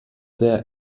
der